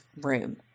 room